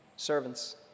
Servants